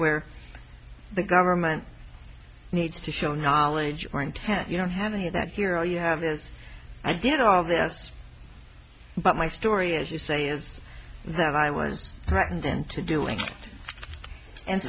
where the government needs to show knowledge or intent you don't have any of that here all you have is i did all this but my story as you say is that i was threatened into doing